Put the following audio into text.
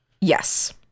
Yes